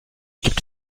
gibt